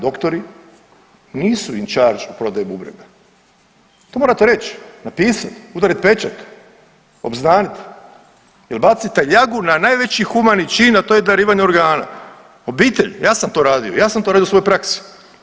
Doktori nisu in charge u prodaji bubrega, to morate reć, napisat, udarit pečat, obznanit jer bacate ljagu na najveći humani čin, a to je darivanje organa obitelji, ja sam to radio, ja sam to radio u svojoj praksi.